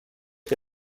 que